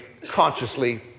Consciously